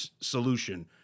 solution